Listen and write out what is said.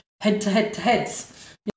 head-to-head-to-heads